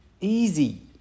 easy